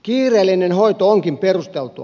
kiireellinen hoito onkin perusteltua